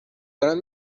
دارن